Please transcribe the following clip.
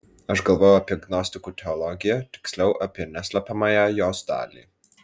aš galvojau apie gnostikų teologiją tiksliau apie neslepiamąją jos dalį